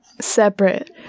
separate